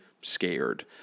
scared